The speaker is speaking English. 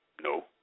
No